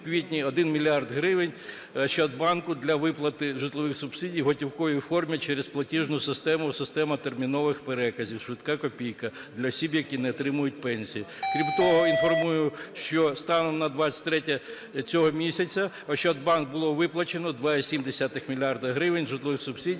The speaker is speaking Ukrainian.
Крім того, інформую, що станом на 23-є цього місяця "Ощадбанком" було виплачено 2,7 мільярда гривень житлових субсидій